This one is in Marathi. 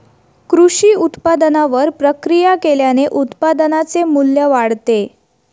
कृषी उत्पादनावर प्रक्रिया केल्याने उत्पादनाचे मू्ल्य वाढते